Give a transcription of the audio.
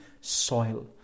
soil